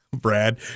Brad